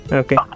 okay